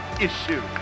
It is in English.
issue